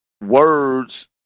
words